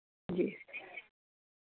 जी